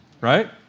right